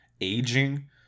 aging